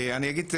אני אגיד,